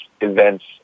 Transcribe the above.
events